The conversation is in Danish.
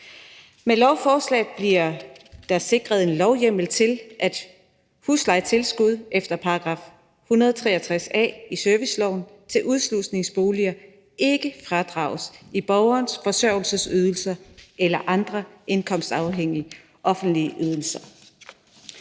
Med lovforslaget bliver der sikret en lovhjemmel til, at huslejetilskud efter § 163 a i serviceloven til udslusningsboliger ikke fradrages i borgerens forsørgelsesydelser eller andre indkomstafhængige offentlige ydelser.